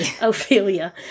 Ophelia